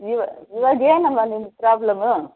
ಇವ ಇವಾಗ ಏನಮ್ಮ ನಿಮ್ಮ ಪ್ರಾಬ್ಲಮು